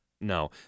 No